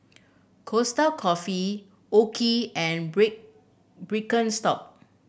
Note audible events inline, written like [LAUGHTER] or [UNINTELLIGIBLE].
Costa Coffee OKI and [UNINTELLIGIBLE] Birkenstock